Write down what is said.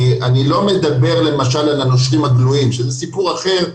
אני לא מדבר למשל על ה- -- שזה סיפור אחר,